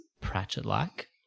Pratchett-like